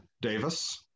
Davis